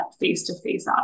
face-to-face